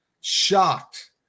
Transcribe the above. shocked